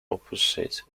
opposite